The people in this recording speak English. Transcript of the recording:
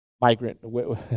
migrant